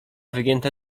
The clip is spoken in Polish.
wygięte